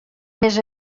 més